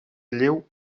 lleu